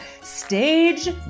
Stage